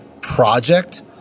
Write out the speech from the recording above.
project